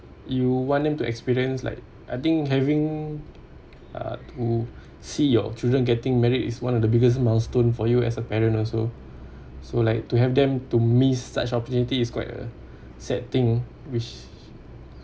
you want them to experience like I think having uh to see your children getting married is one of the biggest milestone for you as a parent also so like to have them to miss such opportunity is quite a sad thing which